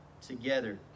together